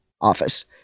office